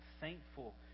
thankful